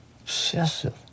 Obsessive